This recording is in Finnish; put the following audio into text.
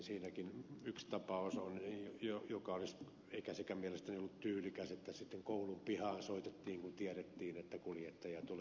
siinäkin yksi tapaus oli eikä sekään mielestäni ollut tyylikäs että koulun pihaan soitettiin kun tiedettiin että kuljettaja tulee